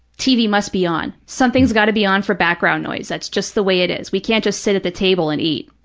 tv must be on. something's got to be on for background noise. that's just the way it is. we can't just sit at the table and eat,